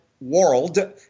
world